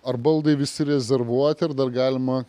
ar baldai visi rezervuoti ar dar galima